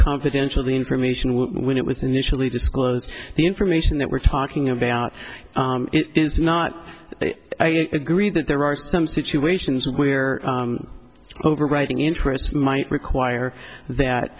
confidential information when it was initially disclosed the information that we're talking about it is not agreed that there are some situations where overwriting interests might require that